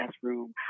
classroom